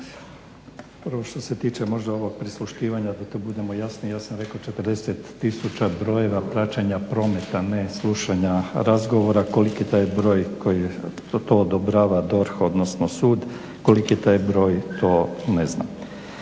Prvo što se tiče možda prisluškivanja da to budemo to jasniji, ja sam rekao 40 tisuća brojeva praćenja prometa ne slušanja razgovora, koliki je taj broj koji je to odobrava DORH odnosno sud, koliki je taj broj to ne zna.